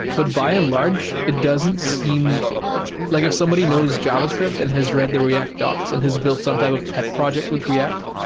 but by and large, it doesn't seem like if somebody knows javascript and has read the react docs and his built some type of pet project with react,